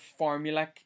formulaic